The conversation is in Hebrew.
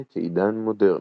המאה ה-19 כעידן "מודרני"